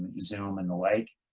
zoom and the like.